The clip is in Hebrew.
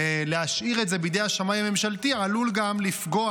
להשאיר את זה בידי השמאי הממשלתי עלול גם לפגוע